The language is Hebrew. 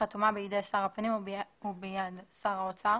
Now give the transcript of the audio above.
החתומה ביד שר הפנים וביד שר האוצר